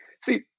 see